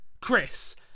Chris